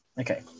Okay